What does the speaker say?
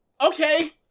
Okay